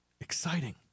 exciting